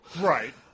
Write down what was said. Right